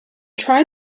tried